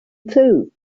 though